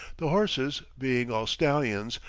the horses, being all stallions,